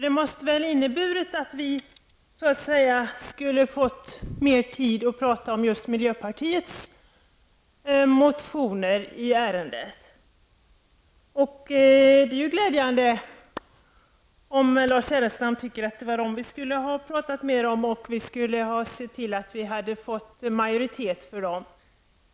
Det måste ha inneburit att vi hade fått mer tid att prata om just miljöpartiets motioner i ärendet. Det är glädjande om Lars Ernestam tycker att det var de motionerna vi skulle ha pratat mera om och att vi skulle ha sett till att få majoritet för dem.